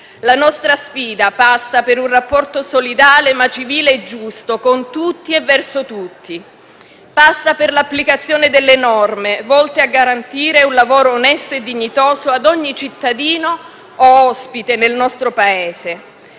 La nostra sfida passa per un rapporto solidale, ma civile e giusto con tutti e verso tutti, passa per l'applicazione delle norme, volte a garantire un lavoro onesto e dignitoso ad ogni cittadino o ospite nel nostro Paese,